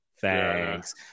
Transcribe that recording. thanks